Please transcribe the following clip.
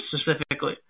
specifically